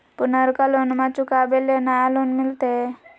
पुर्नका लोनमा चुकाबे ले नया लोन मिलते?